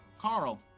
Carl